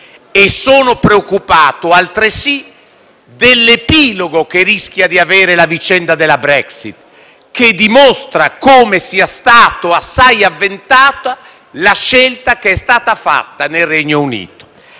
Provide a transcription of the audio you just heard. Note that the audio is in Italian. sono preoccupato per l'epilogo che rischia di avere la vicenda della Brexit, che dimostra come sia stata assai avventata la scelta fatta nel Regno Unito.